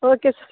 okay sir